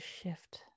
shift